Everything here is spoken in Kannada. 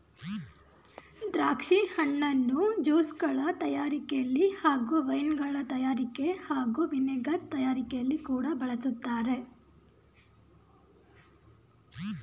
ದ್ರಾಕ್ಷಿ ಹಣ್ಣನ್ನು ಜ್ಯೂಸ್ಗಳ ತಯಾರಿಕೆಲಿ ಹಾಗೂ ವೈನ್ಗಳ ತಯಾರಿಕೆ ಹಾಗೂ ವಿನೆಗರ್ ತಯಾರಿಕೆಲಿ ಕೂಡ ಬಳಸ್ತಾರೆ